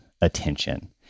attention